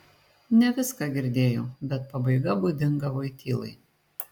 ne viską girdėjau bet pabaiga būdinga voitylai